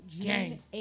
Gang